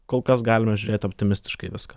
kol kas galime žiūrėti optimistiškai į viską